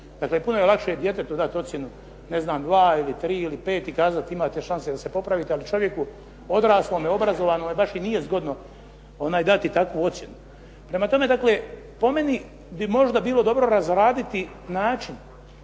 dakle puno je lakše djetetu dat ocjenu, ne znam dva ili tri ili pet i kazati imate šanse da se popravite, ali čovjeku odraslome, obrazovanome baš i nije zgodno dati takvu ocjenu. Prema tome, dakle po meni bi možda bilo dobro razraditi način